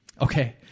Okay